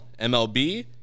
MLB